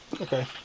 Okay